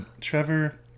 Trevor